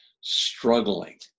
struggling